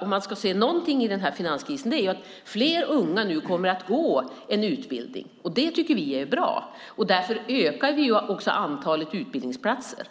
Om man ska se något positivt i denna finanskris är det att fler unga nu kommer att gå en utbildning, och det tycker vi är bra. Därför ökar vi också antalet utbildningsplatser.